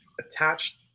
attached